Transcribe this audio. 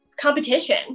competition